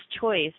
choice